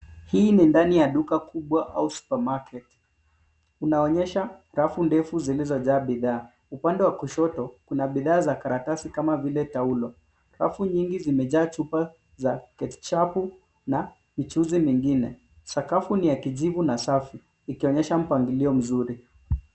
Hii ni ndani ya duka kubwa au supermarket . Unaonyesha rafu ndefu zilizojaa bidhaa. Upande wa kushoto, kuna bidhaa za karatasi kama vile taulo. Rafu nyingi zimejaa chupa za ketchup na michuzi mingine. Sakafu ni ya kijivu na safi, ikionyesha mpangilio mzuri.